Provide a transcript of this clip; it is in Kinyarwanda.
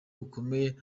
bukomeye